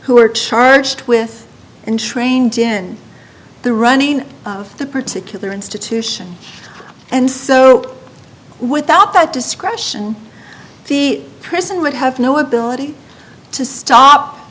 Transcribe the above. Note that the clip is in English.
who are charged with and trained in the running of the particular institution and so without that discretion the prison would have no ability to stop